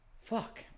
fuck